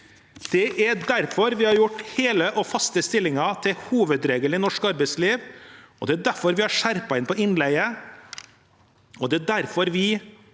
Det er derfor vi har gjort hele og faste stillinger til hovedregelen i norsk arbeidsliv. Det er derfor vi har skjerpet inn på innleie, og det er derfor vi